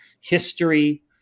history